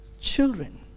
children